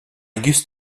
used